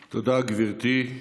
תודה, גברתי.